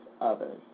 others